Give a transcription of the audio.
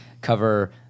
cover